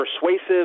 persuasive